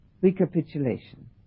recapitulation